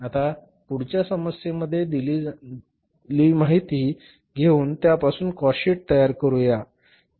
आता पुढच्या समस्येमध्ये दिलेली माहिती घेऊन त्यापासून कॉस्ट शीट तयार करूया बरोबर